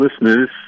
listeners